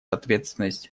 ответственность